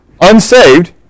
unsaved